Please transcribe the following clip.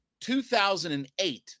2008